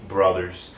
Brothers